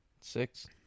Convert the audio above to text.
Six